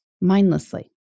mindlessly